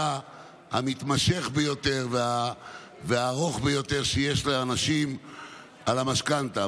המתמשך ביותר והארוך ביותר שיש לאנשים על המשכנתה.